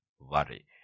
worry